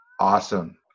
awesome